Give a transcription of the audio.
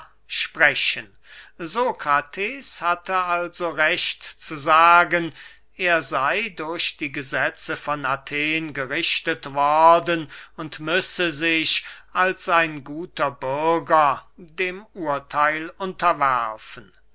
sprechen sokrates hatte also recht zu sagen er sey durch die gesetze von athen gerichtet worden und müsse sich als ein guter bürger dem urtheil unterwerfen